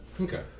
Okay